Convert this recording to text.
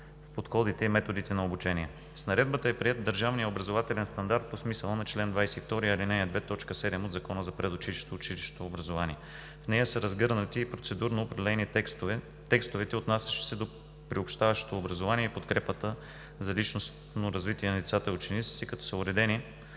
подходите и методите на обучение. С Наредбата е приет държавният образователен стандарт по смисъла на чл. 22, ал. 2, т. 7 от Закона за предучилищното и училищното образование. В нея са разгърнати и процедурно определени текстове, отнасящи се до приобщаващото образование и подкрепата за личностно развитие на децата и учениците, като са уредени